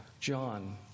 John